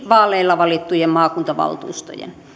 vaaleilla valittujen maakuntavaltuustojen